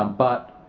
um but